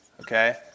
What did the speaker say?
Okay